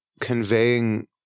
conveying